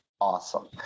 awesome